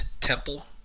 Temple